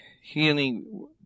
healing